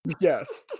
yes